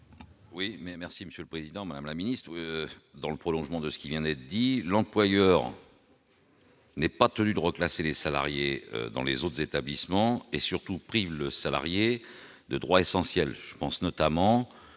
Oui, merci Monsieur le Président, Madame la ministre, dans le prolongement de ce qui vient d'être dit, l'employeur. Ce n'est pas tenus de reclasser les salariés dans les autres établissements et surtout pris le salarié de droit essentiel,